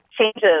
changes